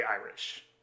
Irish